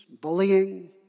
bullying